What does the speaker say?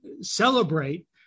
celebrate